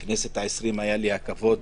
בכנסת העשרים היה לי הכבוד